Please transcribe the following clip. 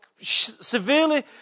severely